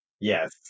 Yes